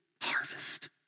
harvest